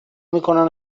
میکنن